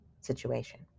situation